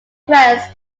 friends